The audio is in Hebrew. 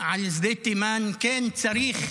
על שדה תימן: כן, צריך